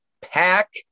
pack